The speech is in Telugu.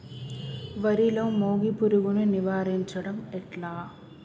వరిలో మోగి పురుగును నివారించడం ఎట్లా?